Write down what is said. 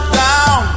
down